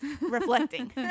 reflecting